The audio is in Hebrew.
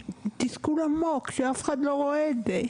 תסכול עמוק שאף אחד לא רואה את זה.